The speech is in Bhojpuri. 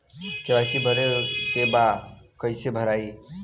के.वाइ.सी भरे के बा कइसे भराई?